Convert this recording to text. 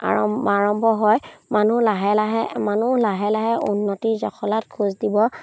আৰম্ভ আৰম্ভ হয় মানুহ লাহে লাহে মানুহ লাহে লাহে উন্নতিৰ জখলাত খোজ দিব